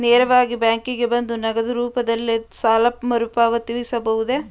ನೇರವಾಗಿ ಬ್ಯಾಂಕಿಗೆ ಬಂದು ನಗದು ರೂಪದಲ್ಲೇ ಸಾಲ ಮರುಪಾವತಿಸಬಹುದೇ?